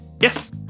Yes